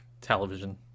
television